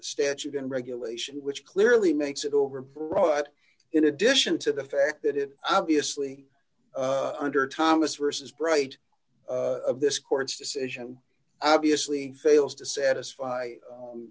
statute and regulation which clearly makes it over brought in addition to the fact that it obviously under thomas vs bright of this court's decision obviously fails d to satisfy